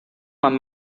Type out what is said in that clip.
man